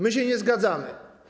My się nie zgadzamy.